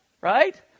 right